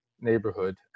neighborhood